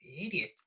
idiot